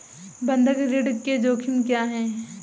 बंधक ऋण के जोखिम क्या हैं?